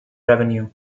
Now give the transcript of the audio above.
revenue